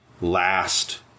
last